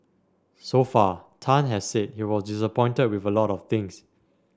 so far Tan has said he was disappointed with a lot of things